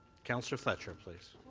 councillor fletcher, please.